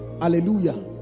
Hallelujah